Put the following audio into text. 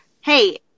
hey